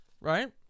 right